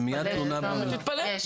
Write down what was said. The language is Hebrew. תתפלא.